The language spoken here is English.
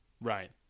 Right